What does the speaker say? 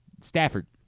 Stafford